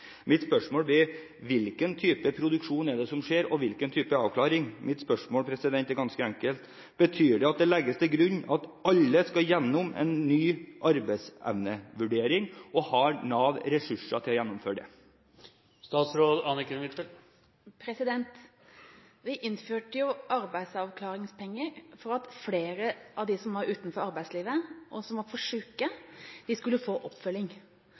er det som skjer, og hvilken type avklaring? Betyr det at det legges til grunn at alle skal gjennom en ny arbeidsevnevurdering? Og har Nav ressurser til å gjennomføre det? Vi innførte jo arbeidsavklaringspenger for at flere av dem som var utenfor arbeidslivet, og som var for syke, skulle få oppfølging.